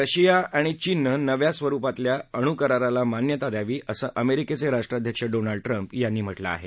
Russia आणि चीननं नव्या स्वरुपातला अणुकराराला मान्यता द्यावी असं अमेरिकेचे राष्ट्राध्यक्ष डोनाल्ड ट्रम्प यांनी म्हटलं आहे